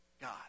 God